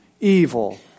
evil